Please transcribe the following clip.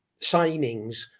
signings